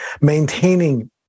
maintaining